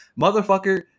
Motherfucker